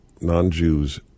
non-Jews